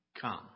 come